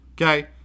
Okay